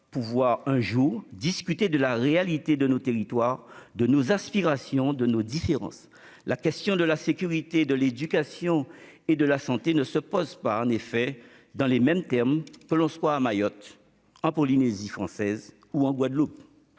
pouvoir un jour discuter de la réalité de nos territoires, de nos aspirations, de nos différences. En effet, les questions relatives à la sécurité, à l'éducation et à la santé, par exemple, ne se posent pas dans les mêmes termes que l'on soit à Mayotte, en Polynésie française ou en Guadeloupe.